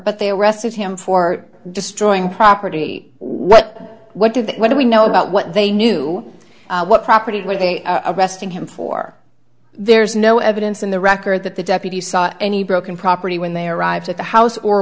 but they arrested him for destroying property what what do they what do we know about what they knew what property when they arrested him for there's no evidence in the record that the deputies saw any broken property when they arrived at the house or